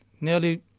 nearly